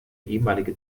ehemalige